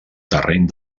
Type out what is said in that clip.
terreny